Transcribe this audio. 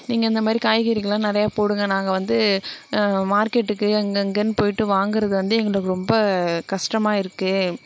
நீங்கள் இந்த மாதிரி காய்கறிகளாம் நிறையா போடுங்கள் நாங்கள் வந்து மார்க்கெட்டுக்கு அங்கங்கன்னு போய்ட்டு வாங்குறது வந்து எங்களுக்கு ரொம்ப கஷ்டமாக இருக்கு